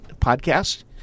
podcast